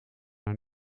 haar